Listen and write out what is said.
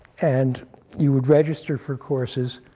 and you would register for courses,